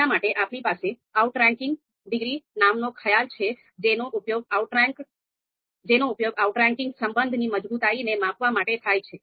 તેના માટે આપણી પાસે આઉટરેન્કિંગ ડિગ્રી નામનો ખ્યાલ છે જેનો ઉપયોગ આઉટરેંકિંગ સંબંધની મજબૂતાઈને માપવા માટે થાય છે